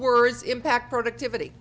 words impact productivity